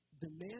Demand